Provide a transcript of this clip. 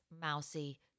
mousy